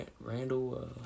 Randall